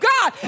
God